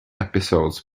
episodes